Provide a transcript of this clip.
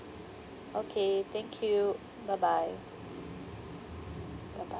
okay thank you bye bye bye bye